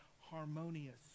harmonious